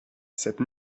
cette